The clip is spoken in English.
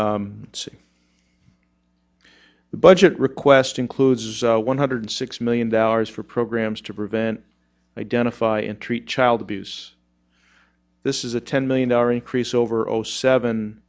see the budget request includes one hundred six million dollars for programs to prevent identify and treat child abuse this is a ten million dollar increase over oh seven